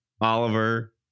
Oliver